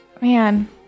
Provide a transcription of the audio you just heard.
Man